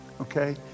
okay